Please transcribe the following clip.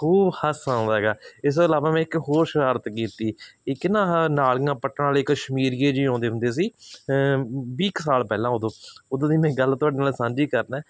ਖੂਬ ਹਾਸਾ ਆਉਂਦਾ ਐਗਾ ਇਸ ਤੋਂ ਇਲਾਵਾ ਮੈਂ ਇੱਕ ਹੋਰ ਸ਼ਰਾਰਤ ਕੀਤੀ ਇੱਕ ਨਾ ਆਹ ਨਾਲੀਆਂ ਪੁੱਟਣ ਵਾਲੇ ਕਸ਼ਮੀਰੀਏ ਜਿਹੇ ਆਉਂਦੇ ਹੁੰਦੇ ਸੀ ਵੀਹ ਕੁ ਸਾਲ ਪਹਿਲਾਂ ਉਦੋਂ ਉਦੋਂ ਦੀ ਮੈਂ ਗੱਲ ਤੁਹਾਡੇ ਨਾਲ ਸਾਂਝੀ ਕਰਦਾ